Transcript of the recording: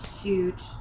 huge